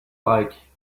like